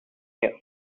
here